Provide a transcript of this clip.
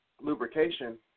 lubrication